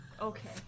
okay